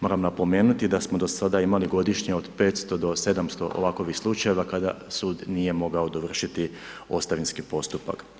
Moram napomenuti da smo do sada imali godišnje od 500 do 700 ovakvih slučajeva kada sud nije mogao dovršiti ostavinski postupak.